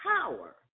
power